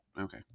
okay